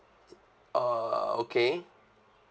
oh okay